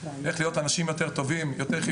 איך להיות אנשים טובים יותר,